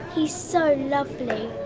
he's so lovely.